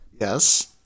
Yes